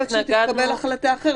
יכול להיות שתתקבל החלטה אחרת.